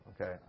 Okay